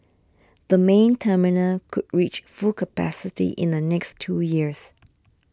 the main terminal could reach full capacity in the next two years